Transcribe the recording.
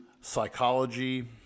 psychology